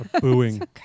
booing